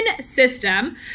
system